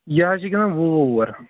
یہِ حظ چھِ گِنٛدان وُہ وُہ اَوٚوَر